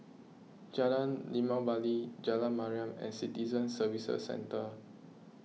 Jalan Limau Bali Jalan Mariam and Citizen Services Centre